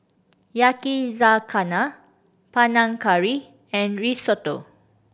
Yakizakana Panang Curry and Risotto